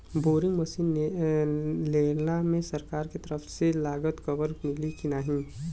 Boring machine लेला मे सरकार के तरफ से लागत कवर मिली की नाही?